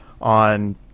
on